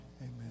amen